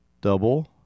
double